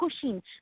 pushing